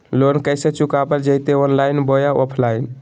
Loan कैसे चुकाबल जयते ऑनलाइन बोया ऑफलाइन?